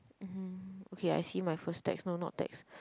mm okay I see my first text no not text